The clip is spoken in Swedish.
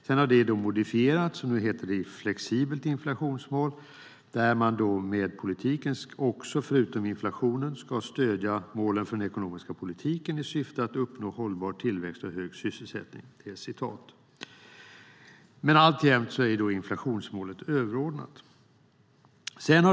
Det har sedan modifierats och heter nu flexibelt inflationsmål som innebär att man, förutom att uppnå inflationsmålet, ska stödja målen för den ekonomiska politiken i syfte att uppnå hållbar tillväxt och hög sysselsättning. Inflationsmålet är alltjämt överordnat.